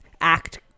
act